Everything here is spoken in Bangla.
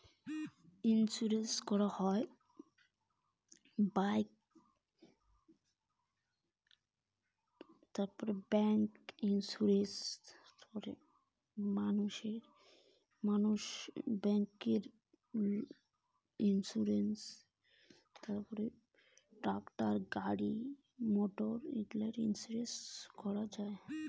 কিসের কিসের ইন্সুরেন্স করা যায়?